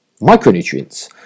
micronutrients